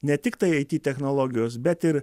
ne tiktai aity technologijos bet ir